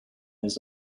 his